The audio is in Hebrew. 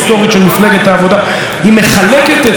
היא מחלקת לרוב הטוב,